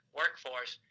workforce